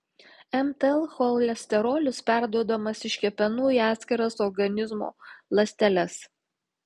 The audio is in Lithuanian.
mtl cholesterolis perduodamas iš kepenų į atskiras organizmo ląsteles